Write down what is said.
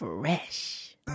Fresh